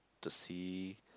to see